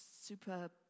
super